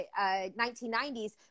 1990s